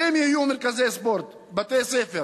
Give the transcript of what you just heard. ואם יהיו מרכזי ספורט, בתי-ספר